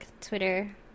twitter